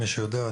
למי שיודע,